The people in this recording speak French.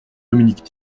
dominique